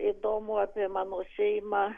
įdomu apie mano šeimą